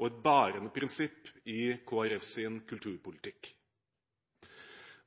og bærende prinsipp i Kristelig Folkepartis kulturpolitikk.